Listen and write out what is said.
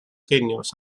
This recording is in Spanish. genios